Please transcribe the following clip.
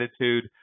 attitude